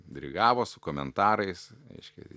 dirigavo su komentarais reiškia